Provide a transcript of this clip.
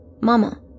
Mama